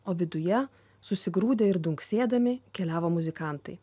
o viduje susigrūdę ir dunksėdami keliavo muzikantai